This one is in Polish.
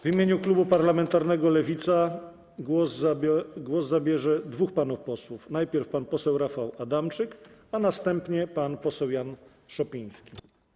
W imieniu klubu parlamentarnego Lewicy głos zabierze dwóch panów posłów: najpierw pan poseł Rafał Adamczyk, a następnie pan poseł Jan Szopiński.